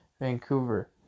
Vancouver